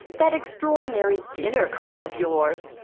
that extraordinary dinner call of yours.